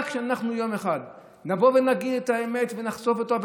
רק כשאנחנו יום אחד נבוא ונגיד את האמת ונחשוף אותה,